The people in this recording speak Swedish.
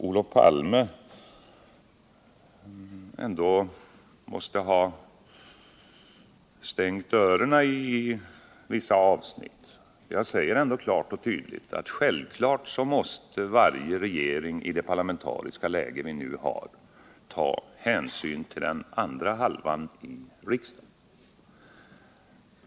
Olof Palme måste ha stängt till öronen under vissa avsnitt av mitt anförande. Jag säger ju ändå klart och tydligt att självfallet måste varje regering i ett sådant parlamentariskt läge som det vi nu har ta hänsyn även till den andra halvan i riksdagen.